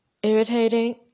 Irritating